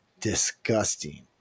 disgusting